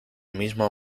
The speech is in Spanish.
mismo